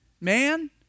man